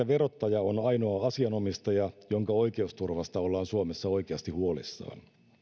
verottaja on ainoa asianomistaja jonka oikeusturvasta ollaan suomessa oikeasti huolissaan